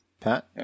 Pat